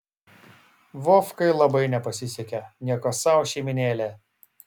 vovkai labai nepasisekė nieko sau šeimynėlė